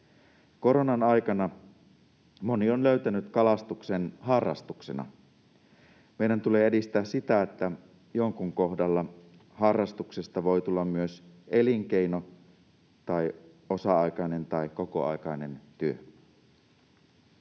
Koronan aikana moni on löytänyt kalastuksen harrastuksena. Meidän tulee edistää sitä, että jonkun kohdalla harrastuksesta voi tulla myös elinkeino tai osa-aikainen tai kokoaikainen työ.